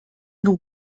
nur